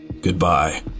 goodbye